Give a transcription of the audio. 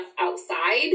outside